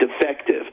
defective